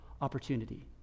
opportunity